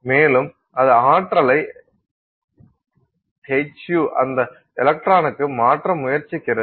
மேலும் அது ஆற்றலை hυ அந்த எலக்ட்ரானுக்கு மாற்ற முயற்சிக்கிறது